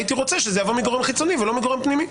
הייתי רוצה שזה יבוא מגורם חיצוני ולא מגורם פנימי,